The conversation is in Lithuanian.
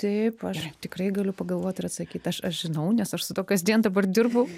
taip aš tikrai galiu pagalvot ir atsakyt aš aš žinau nes aš su tuo kasdien dabar dirbu